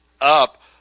up